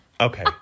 Okay